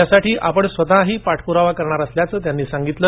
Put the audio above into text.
यासाठी आपण स्वतःही पाठपुरावा करणार असल्याचं त्यांनी सांगितलं